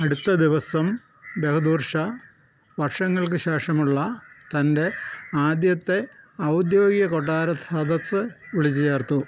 അടുത്ത ദിവസം ബഹദൂർ ഷാ വർഷങ്ങൾക്ക് ശേഷമുള്ള തൻ്റെ ആദ്യത്തെ ഔദ്യോഗിക കൊട്ടാര സദസ്സ് വിളിച്ച് ചേർത്തു